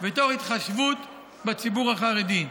מתוך התחשבות בציבור החרדי.